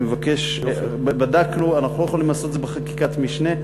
בדקנו, אנחנו לא יכולים לעשות את זה בחקיקת משנה,